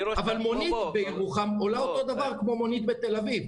אבל מונית בירוחם עולה אותו הדבר כמו מונית בתל אביב.